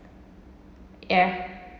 yeah